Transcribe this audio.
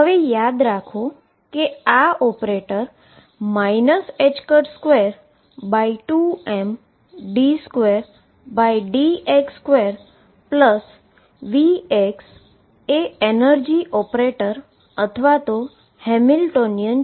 હવે યાદ રાખો કે આ ઓપરેટર 22md2dx2Vxએ એનર્જી ઓપરેટર અથવા હેમિલ્ટોનિયન છે